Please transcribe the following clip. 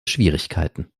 schwierigkeiten